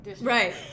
Right